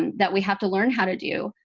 that we have to learn how to do,